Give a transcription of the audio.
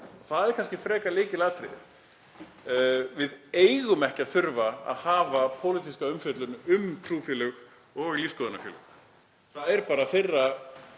Það er kannski frekar lykilatriðið. Við eigum ekki að þurfa að hafa pólitíska umfjöllun um trúfélög og lífsskoðunarfélög. Það er bara þeirra